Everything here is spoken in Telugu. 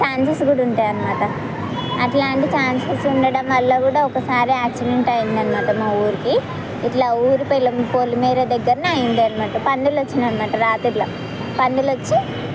ఛాన్సెస్ కూడా ఉంటాయి అనమాట అలాంటి ఛాన్సెస్ ఉండడం వల్ల కూడా ఒకసారి ఆక్సిడెంట్ అయింది అన్నమాట మా ఊరికి ఇట్లా ఊరి పొలి పొలిమేర దగ్గర అయింది అనమాట పందులు వచ్చినాయి అన్నమాట రాత్రుల పందులు వచ్చి